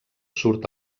surt